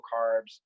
carbs